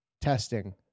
testing